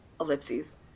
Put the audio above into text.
Ellipses